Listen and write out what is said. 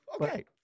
Okay